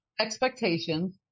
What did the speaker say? expectations